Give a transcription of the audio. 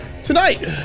tonight